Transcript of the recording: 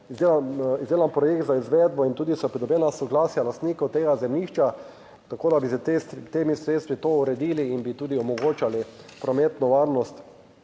izdelan projekt za izvedbo in tudi so pridobljena soglasja lastnikov tega zemljišča, tako, da bi s temi sredstvi to uredili in bi tudi omogočali prometno varnost